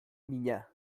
mina